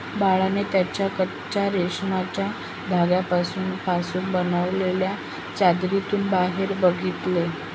बाळाने त्याच्या कच्चा रेशमाच्या धाग्यांपासून पासून बनलेल्या चादरीतून बाहेर बघितले